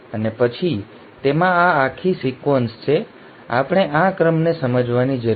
અને પછી તેમાં આ આખી સિક્વન્સ છે આપણે આ ક્રમને સમજવાની જરૂર છે